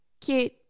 Cute